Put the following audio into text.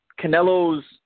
Canelo's